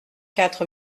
quatre